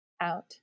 out